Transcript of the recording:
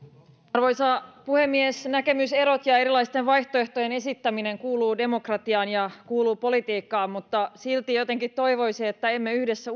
arvoisa puhemies näkemyserot ja erilaisten vaihtoehtojen esittäminen kuuluvat demokratiaan ja kuuluvat politiikkaan mutta silti jotenkin toivoisin että emme yhdessä